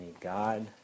God